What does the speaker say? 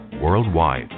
worldwide